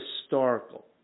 historical